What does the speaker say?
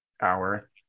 hour